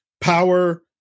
Power